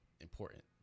important